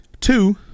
Two